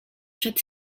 przed